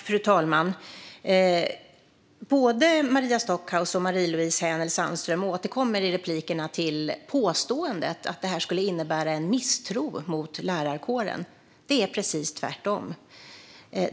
Fru talman! Både Maria Stockhaus och Marie-Louise Hänel Sandström återkommer i anförandena till påståendet att detta skulle innebära en misstro mot lärarkåren. Det är precis tvärtom.